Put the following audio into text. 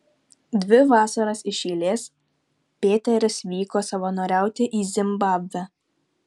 dvi vasaras iš eilės pėteris vyko savanoriauti į zimbabvę